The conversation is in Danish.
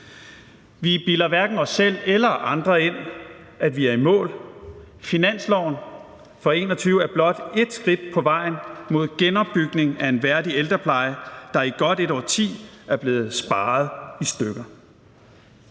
Vi bilder hverken os selv eller andre ind, at vi er i mål. Finansloven for 2021 er blot et skridt på vejen mod en genopbygning af en værdig ældrepleje, der i godt et årti er blevet sparet i stykker.